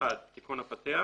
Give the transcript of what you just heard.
תיקון הפתיח